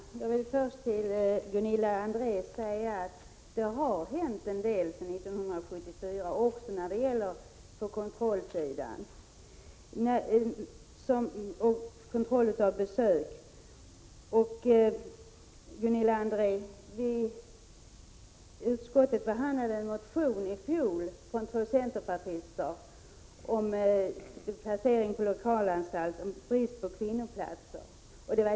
Herr talman! Jag vill först säga till Gunilla André att det har hänt en del sedan 1974 när det gäller kontrollen av besökande. Utskottet behandlade i fjol en motion av två centerpartister om placering på lokalanstalt och bristen på platser för kvinnor.